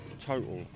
total